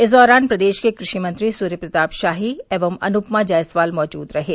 इस दौरान प्रदेश के कृषि मंत्री सूर्यप्रताप शाही एवं अनुपमा जायसवाल मौजूद रहें